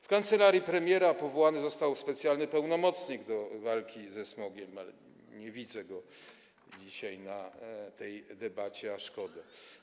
W kancelarii premiera powołany został specjalny pełnomocnik do walki ze smogiem - nie widzę go dzisiaj podczas tej debaty, a szkoda.